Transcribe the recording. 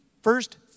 first